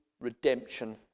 redemption